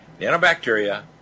Nanobacteria